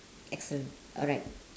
excellent alright